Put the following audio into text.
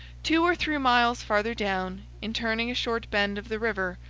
two or three miles farther down, in turning a short bend of the river,